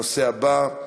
הנושא הבא: